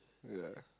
ya